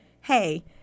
hey